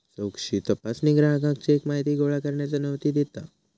चौकशी तपासणी ग्राहकाक चेक माहिती गोळा करण्यास अनुमती देता